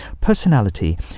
Personality